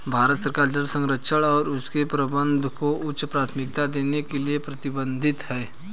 भारत सरकार जल संरक्षण और उसके प्रबंधन को उच्च प्राथमिकता देने के लिए प्रतिबद्ध है